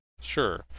Sure